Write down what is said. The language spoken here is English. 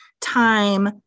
time